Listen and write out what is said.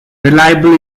reliable